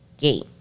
gate